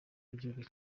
w’igihugu